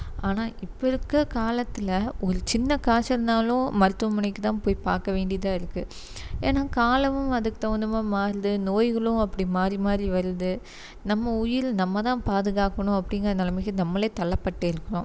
ஆனால் இப்போது இருக்கிற காலத்தில் ஒரு சின்ன காய்ச்சல்னாலும் மருத்துவமனைக்குதான் போய் பார்க்க வேண்டியதாக இருக்குது ஏன்னா காலமும் அதுக்கு தகுந்தமாதிரி மாறுது நோய்களும் அப்படி மாறி மாறி வருது நம்ம உயிர் நம்ம தான் பாதுகாக்கணும் அப்படீங்கிற நெலைமைக்கு நம்மளே தள்ளப்பட்டிருக்கோம்